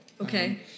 okay